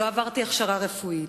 לא עברתי הכשרה רפואית,